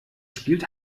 spielt